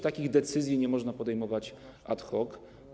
Takich decyzji nie można podejmować ad hoc.